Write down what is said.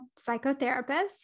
psychotherapist